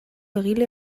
egile